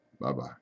Bye-bye